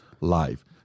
live